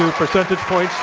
um percentage points,